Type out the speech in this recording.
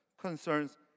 concerns